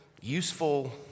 useful